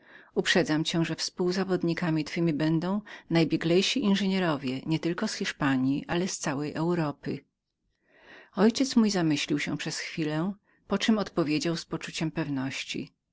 uprzedzam cię że współzawodnikami twymi będą najbieglejsi inżynierowie nie tylko z hiszpanji ale z całej europy ojciec mój zamyślił się przez chwilę po czem odpowiedział z pewnością